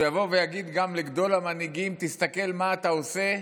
שיבוא ויגיד גם לגדול המנהיגים: תסתכל מה אתה עושה,